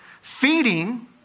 Feeding